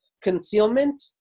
concealment